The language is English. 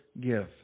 give